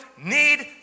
need